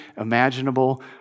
imaginable